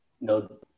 no